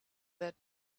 that